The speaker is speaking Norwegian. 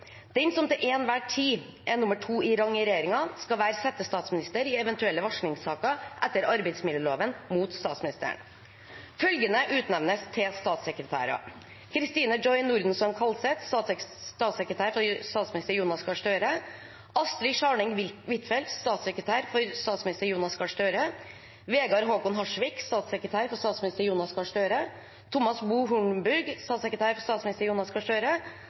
Den som til enhver tid er nummer to i rang i regjeringen, skal være settestatsminister i eventuelle varslingssaker etter arbeidsmiljøloven mot statsministeren. Følgende utnevnes til statssekretærer: Kristine Joy Nordenson Kallset, statssekretær for statsminister Jonas Gahr Støre Astrid Scharning Huitfeldt, statssekretær for statsminister Jonas Gahr Støre Wegard Håkon Harsvik, statssekretær for statsminister Jonas Gahr Støre Thomas Boe Hornburg, statssekretær for statsminister Jonas Gahr Støre